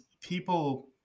people